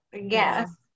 Yes